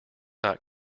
not